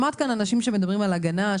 שמעת כאן אנשים שמדברים על הגנה,